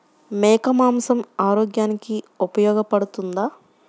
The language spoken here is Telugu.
మేక మాంసం ఆరోగ్యానికి ఉపయోగపడుతుందా?